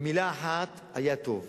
במלה אחת: היה טוב.